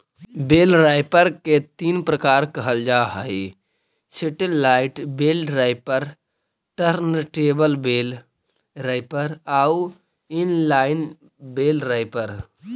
बेल wrapper के तीन प्रकार कहल जा हई satellite bale wrapper, turntable bale wrapper आउ इन लाइन बेल रैपर